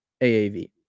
AAV